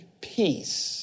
peace